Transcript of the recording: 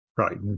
Right